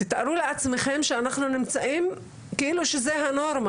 תתארו לעצמכם שאנחנו נמצאים כאילו שזה הנורמה